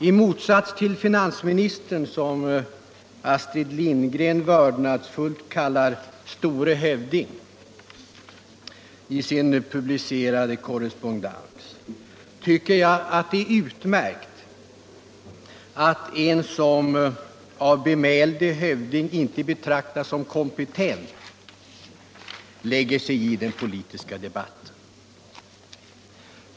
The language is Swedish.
I motsats till finansministern, som Astrid Lindgren i sin publicerade korrespondens vördnadsfullt kallar store hövding, tycker jag att det är utmärkt att en som av bemälde hövding inte betraktas som kompetent lägger sig i den politiska debatten.